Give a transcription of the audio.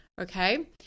Okay